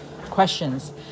questions